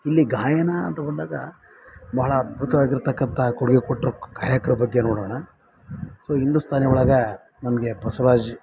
ಇಲ್ಲಿ ಗಾಯನ ಅಂತ ಬಂದಾಗ ಭಾಳ ಅದ್ಭುತವಾಗಿರತಕ್ಕಂಥ ಕೊಡುಗೆ ಕೊಟ್ರ ಗಾಯಕರ ಬಗ್ಗೆ ನೋಡೋಣ ಸೊ ಹಿಂದೂಸ್ತಾನಿ ಒಳಗೆ ನಮಗೆ ಬಸವರಾಜ್